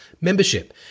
membership